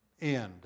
end